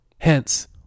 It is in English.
hence